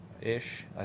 ish